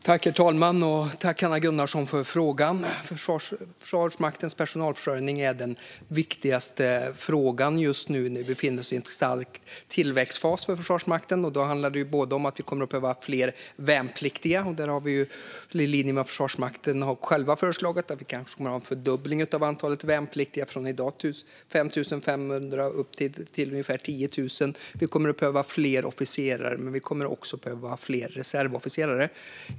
Herr talman! Tack, Hanna Gunnarsson, för frågan! Försvarsmaktens personalförsörjning är den viktigaste frågan just nu när vi befinner oss i en stark tillväxtfas för Försvarsmakten. Det handlar både om att vi kommer att behöva fler värnpliktiga, där Försvarsmakten har föreslagit att vi kanske kommer att ha en fördubbling av antalet värnpliktiga från 5 500 i dag upp till ungefär 10 000, och fler officerare. Vi kommer även att behöva fler reservofficerare.